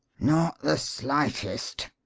not the slightest!